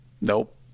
Nope